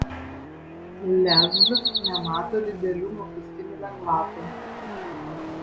lez nemato didelių mokestinių lengvatų